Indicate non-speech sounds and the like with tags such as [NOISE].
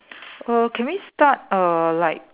[NOISE] err can we start err like